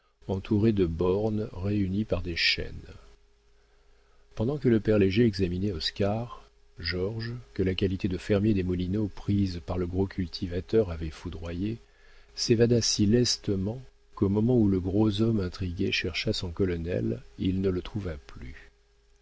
entourée de bornes réunies par des chaînes pendant que le père léger examinait oscar georges que la qualité de fermier des moulineaux prise par le gros cultivateur avait foudroyé s'évada si lestement qu'au moment où le gros homme intrigué chercha son colonel il ne le trouva plus